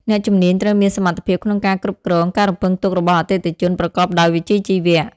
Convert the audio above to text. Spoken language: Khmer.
អ្នកជំនាញត្រូវមានសមត្ថភាពក្នុងការគ្រប់គ្រងការរំពឹងទុករបស់អតិថិជនប្រកបដោយវិជ្ជាជីវៈ។